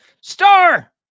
Star